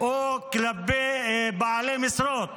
או כלפי בעלי משרות.